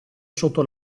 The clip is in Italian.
sotto